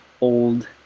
old